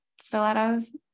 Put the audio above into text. stilettos